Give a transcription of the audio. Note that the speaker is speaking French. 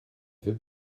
fait